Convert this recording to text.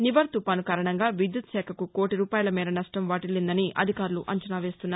నివర్ తుఫాన్ కారణంగా విద్యుత్ శాఖకు కోటీ రూపాయల మేర నష్ణం వాటీల్లిందని అధికారులు అంచనావేస్తున్నారు